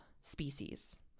species